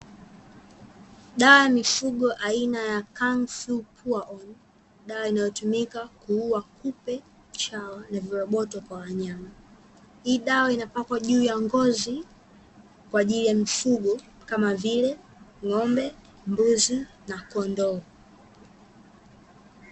Dawa ya mifugo aina ya “ KanFlu” dawa inayotumika kuuwa kupe, chawa na viroboto kwa wanyama. Hii dawa inapakwa juu ya ngozi kwa ajili ya mifugo kama vile ng'ombe, mbuzi na kondoo.